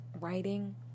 writing